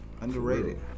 underrated